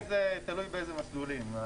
תלוי באיזה מסלולים.